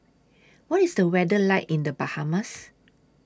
What IS The weather like in The Bahamas